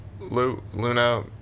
Luna